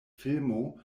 filmo